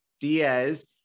Diaz